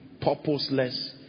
purposeless